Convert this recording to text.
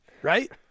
Right